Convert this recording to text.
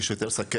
יש יותר סכרת.